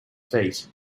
feet